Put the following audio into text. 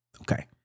Okay